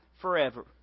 forever